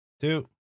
Two